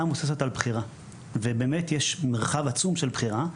מבוססת על בחירה ובאמת יש מרחב עצום של בחירה,